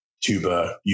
tuba